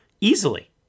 easily